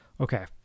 Okay